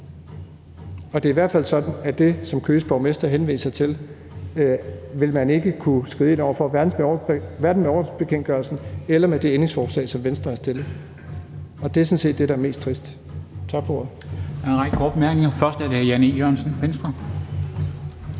Og det er i hvert fald sådan, at det, som Køges borgmester henviser til, vil man ikke kunne skride ind over for, hverken med ordensbekendtgørelsen eller med det ændringsforslag, som Venstre har stillet. Det er sådan set det, der er mest trist. Tak for ordet.